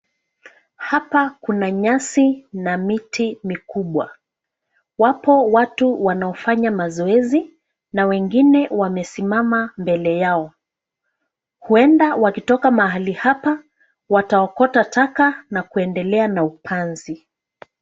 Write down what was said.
Hapa kuna nyasi na miti mikubwa. Wapo watu wanaofanya mazoezi na wengine wamesimama mbele yao. Huenda wakitoka mahali hapa wataokota taka na kuendelea na upanzi.